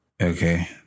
Okay